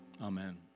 amen